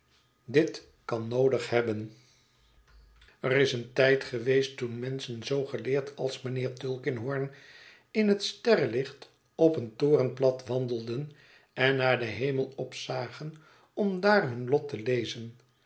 dit kan noodig hebben er is een tijd geweest toen menschen zoo geleerd als mijnheer tulkinghorn in het sterrenlicht op een torenplat wandelden en naar den hemel opzagen om daar hun lot te lezen